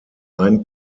ein